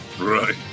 Right